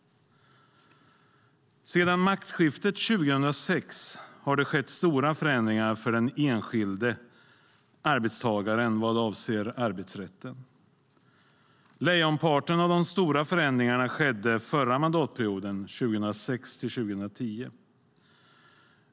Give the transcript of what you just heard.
Sedan maktskiftet 2006 har det skett stora förändringar för den enskilde arbetstagaren vad avser arbetsrätten. Lejonparten av de stora förändringarna skedde förra mandatperioden 2006-2010.